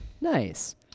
Nice